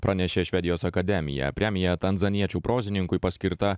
pranešė švedijos akademija premija tanzaniečių prozininkui paskirta